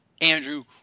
Andrew